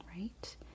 right